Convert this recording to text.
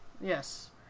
Yes